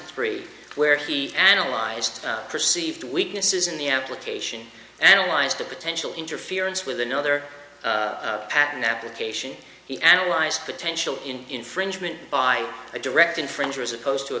three where he analyzed perceived weaknesses in the application analyzed the potential interference with another patent application he analyzed potential infringement by a direct infringer as opposed to a